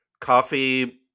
Coffee